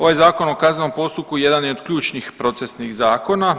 Ovaj Zakon o kaznenom postupku jedan od ključnih procesnih zakona.